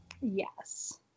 yes